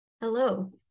Hello